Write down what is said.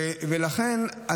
לכן,